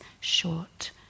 short